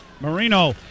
Marino